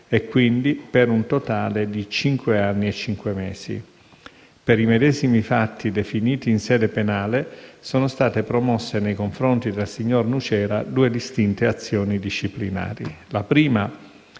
e, quindi, per un totale di cinque anni e cinque mesi. Per i medesimi fatti definiti in sede penale, sono state promosse nei confronti del signor Nucera due distinte azioni disciplinari. La prima,